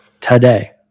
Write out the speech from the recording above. today